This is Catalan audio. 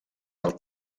del